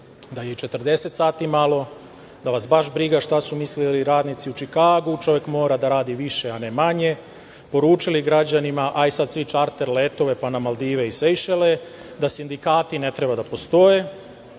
da je i 40 sati malo, da vas baš briga šta su mislili radnici u Čikagu, čovek mora da radi više a ne manje, poručili građanima - ajde sad svi čarter letove pa na Maldive i Sejšele, da sindikati ne treba da postoje,